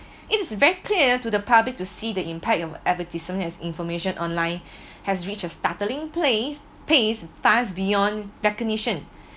it is very clear to the public to see the impact of advertisement as information online has reached a startling place pays beyond recognition